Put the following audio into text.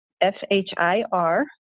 F-H-I-R